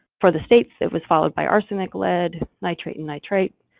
for the states that was followed by arsenic, lead, nitrite and nitrate,